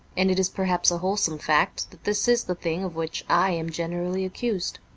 and it is perhaps a wholesome fact that this is the thing of which i am generally accused.